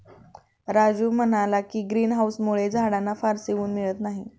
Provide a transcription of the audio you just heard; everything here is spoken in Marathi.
राजीव म्हणाला की, ग्रीन हाउसमुळे झाडांना फारसे ऊन मिळत नाही